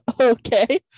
okay